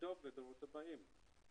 לדאוג לדורות הבאים.